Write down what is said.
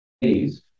days